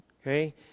Okay